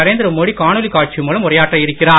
நரேந்திர மோடி காணொளி காட்சி மூலம் உரையாற்ற இருக்கிறார்